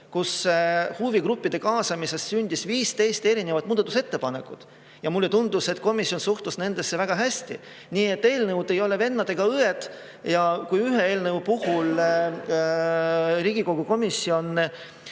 Huvigruppide kaasamisest sündis 15 muudatusettepanekut ja mulle tundus, et komisjon suhtus nendesse väga hästi. Nii et eelnõud ei ole vennad ega õed. Kui [mingi] eelnõu puhul ei ole Riigikogu komisjon